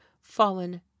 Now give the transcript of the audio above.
fallen